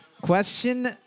Question